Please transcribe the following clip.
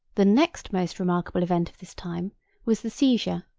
the next most remarkable event of this time was the seizure,